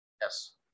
Yes